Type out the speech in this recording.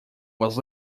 was